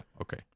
okay